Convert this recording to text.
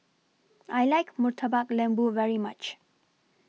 I like Murtabak Lembu very much